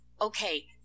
okay